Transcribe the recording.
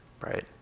right